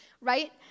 right